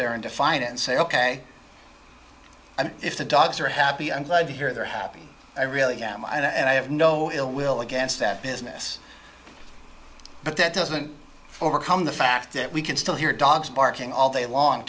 there and define it and say ok i mean if the dogs are happy and live here they're happy i really am and i have no ill will against that business but that doesn't overcome the fact that we can still hear dogs barking all day long